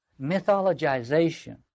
mythologization